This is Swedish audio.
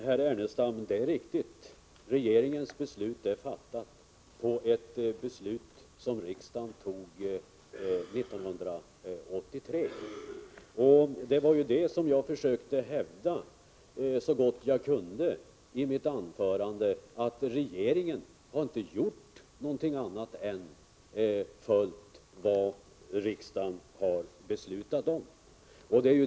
Herr talman! Det är riktigt, herr Ernestam, att regeringens beslut är fattat, efter ett beslut som riksdagen fattade 1983. Det var det som jag försökte hävda så gott jag kunde i mitt anförande: att regeringen inte har gjort något annat än följt vad riksdagen har beslutat om.